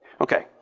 Okay